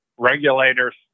regulators